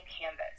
canvas